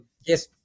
Yes